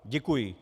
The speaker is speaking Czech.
Děkuji.